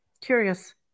Curious